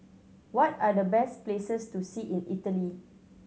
what are the best places to see in Italy